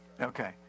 Okay